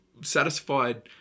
satisfied